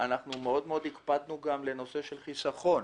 אנחנו גם מאוד הקפדנו על הנושא של החיסכון,